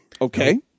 Okay